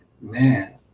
man